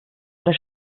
oder